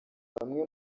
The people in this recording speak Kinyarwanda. bamwe